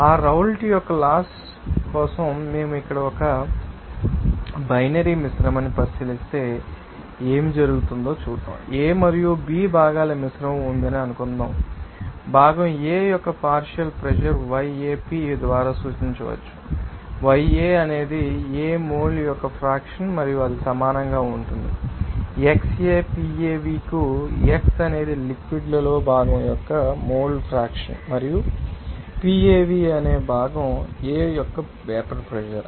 ఆ రౌల్ట్ యొక్క లాస్ కోసం మేము ఇక్కడ ఒక బైనరీ మిశ్రమాన్ని పరిశీలిస్తే ఏమి జరుగుతుందో A మరియు B భాగాల మిశ్రమం ఉందని అనుకుందాం కాబట్టి భాగం A యొక్క పార్షియల్ ప్రెషర్ yAP ద్వారా సూచించవచ్చు yA అనేది A యొక్క మోల్ ఫ్రాక్షన్ మరియు అది సమానంగా ఉంటుంది xAPAv కు x అనేది లిక్విడ్ ంలో భాగం యొక్క మోల్ ఫ్రాక్షన్ మరియు PAv అనేది భాగం A యొక్క వేపర్ ప్రెషర్